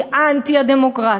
היא אנטי-דמוקרטית,